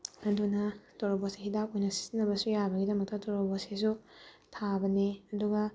ꯑꯗꯨꯅ ꯇꯣꯔꯕꯣꯠꯁꯦ ꯍꯤꯗꯥꯛ ꯑꯣꯏꯅ ꯁꯤꯖꯤꯟꯅꯕꯁꯨ ꯌꯥꯕꯒꯤꯗꯃꯛꯇ ꯇꯣꯔꯕꯣꯠꯁꯤꯁꯨ ꯊꯥꯕꯅꯦ ꯑꯗꯨꯒ